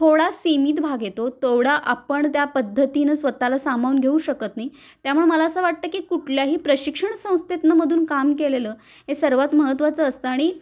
थोडा सीमित भाग येतो तेवढा आपण त्या पद्धतीनं स्वत ला सामावून घेऊ शकत नाही त्यामुळे मला असं वाटतं की कुठल्याही प्रशिक्षण संस्थेतून मधून काम केलेलं हे सर्वात महत्त्वाचं असतं आणि